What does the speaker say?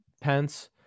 Pence